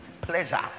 pleasure